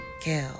kill